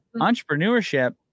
entrepreneurship